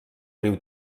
riu